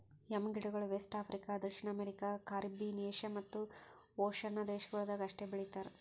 M ಗಿಡಗೊಳ್ West Africa, ದಕ್ಷಿಣ America, Caribbean, Asia ಮತ್ತ್ ಓಷನ್ನ ದೇಶಗೊಳ್ದಾಗ್ ಅಷ್ಟೆ ಬೆಳಿತಾರ್